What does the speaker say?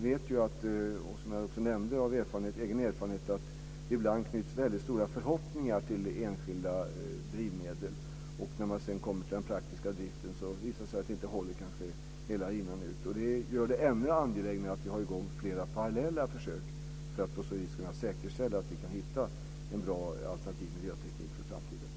Som jag nämnt är min erfarenhet den att det ibland knyts väldigt stora förhoppningar till enskilda drivmedel men att det när man kommer fram till den praktiska driften visar sig att det inte håller ända fram. Detta gör det ännu mer angeläget att ha flera parallella försök i gång för att säkerställa att vi kan hitta en bra alternativ miljöteknik för framtiden.